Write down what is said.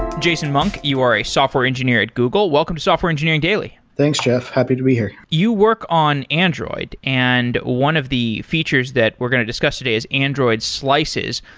jason monk, you are a software engineer at google. welcome to software engineering daily thanks, jeff. happy to be here. you work on android and one of the features that we're going to discuss today is android slices.